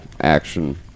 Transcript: action